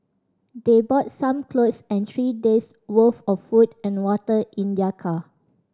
they brought some clothes and three days' worth of food and water in their car